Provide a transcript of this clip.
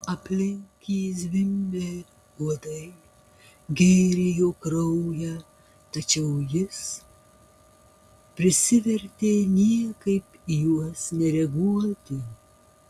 aplink jį zvimbė uodai gėrė jo kraują tačiau jis prisivertė niekaip į juos nereaguoti